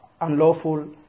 unlawful